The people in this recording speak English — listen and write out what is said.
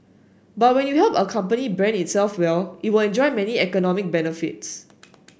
but when you help a company brand itself well it will enjoy many economic benefits